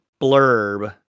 blurb